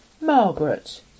Margaret